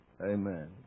Amen